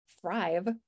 thrive